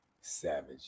savage